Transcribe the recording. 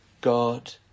God